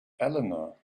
eleanor